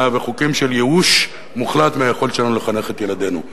וחוקים של ייאוש מוחלט מהיכולת שלנו לחנך את ילדינו.